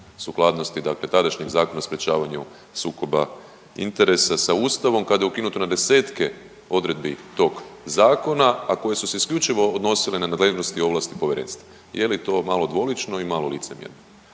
sukladnosti dakle tadašnjeg Zakona o sprječavanju sukoba interesa sa Ustavom kada je ukinuto na 10-tke odredbi tog zakona, a koje su se isključivo odnosile na nadležnosti i ovlasti povjerenstva. Je li to malo dvolično i malo licemjerno.